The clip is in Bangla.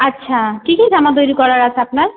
আচ্ছা কী কী জামা তৈরি করার আছে আপনার